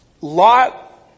Lot